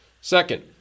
Second